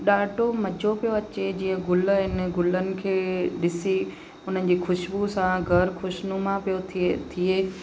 ॾाढो मज़ो पियो अचे जीअं गुल आहिनि गुलनि खे ॾिसी उन्हनि जी ख़ुश्बूइ सां घरु ख़ुशनुमा पियो थिए थिए